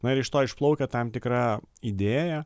na ir iš to išplaukia tam tikra idėja